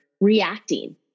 reacting